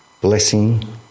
blessing